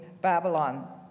Babylon